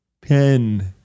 pen